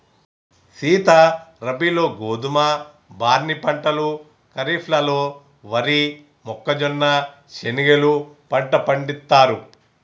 సీత రబీలో గోధువు, బార్నీ పంటలు ఖరిఫ్లలో వరి, మొక్కజొన్న, శనిగెలు పంట పండిత్తారు